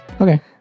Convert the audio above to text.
Okay